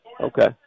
Okay